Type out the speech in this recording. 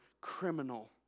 criminal